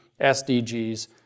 SDGs